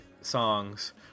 songs